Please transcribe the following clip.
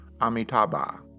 amitabha